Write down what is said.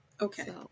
okay